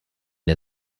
der